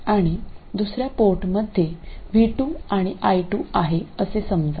आणि दुसर्या पोर्टमध्ये v2 आणि i2 आहे असे समजा